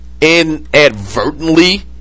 inadvertently